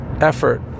effort